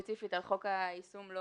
ספציפית על חוק היישום אני